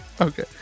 Okay